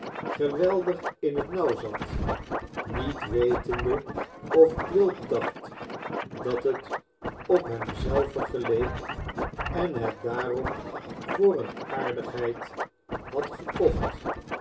geweldig in het nauw zat niet wetende of quilp dacht dat het op hem zelven geleek en het daarom voor eene aardigheid had gekocht